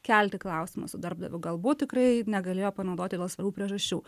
kelti klausimą su darbdaviu galbūt tikrai negalėjo panaudoti dėl svarbių priežasčių